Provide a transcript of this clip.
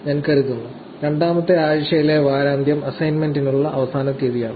ഞാൻ കരുതുന്നു രണ്ടാമത്തെ ആഴ്ചയിലെ വാരാന്ത്യം അസൈൻമെന്റിനുള്ള അവസാന തീയതിയാണ്